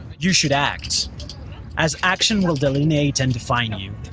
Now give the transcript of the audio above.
you should act as action will delineate and define you.